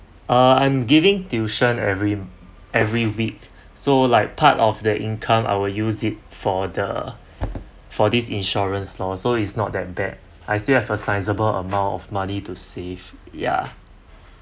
uh I'm giving tuition every every week so like part of the income I'll use it for the for this insurance lor so it's not that bad I still have a sizable amount of money to save ya